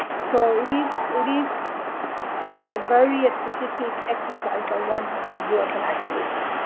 so it is it is a very specific exercise that one has to do as an activist.